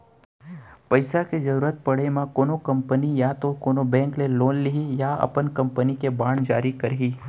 पइसा के जरुरत पड़े म कोनो कंपनी या तो कोनो बेंक ले लोन लिही या अपन कंपनी के बांड जारी करही